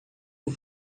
por